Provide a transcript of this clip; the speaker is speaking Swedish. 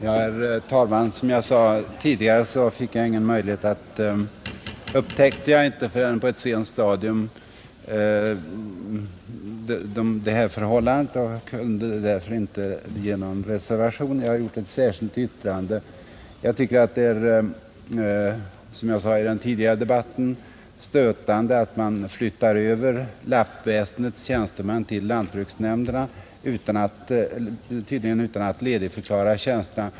Herr talman! Som jag sade i den tidigare debatten upptäckte jag inte förrän på ett sent stadium det här förhållandet, som jag tar upp i ett särskilt yttrande, och kunde därför inte avge någon reservation. Som jag då sade tycker jag att det är stötande att man flyttar över lappväsendets tjänstemän till lantbruksnämnderna, tydligen utan att ledigförklara tjänsterna.